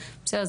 בסדר?